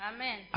Amen